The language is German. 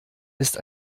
ist